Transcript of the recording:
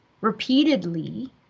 repeatedly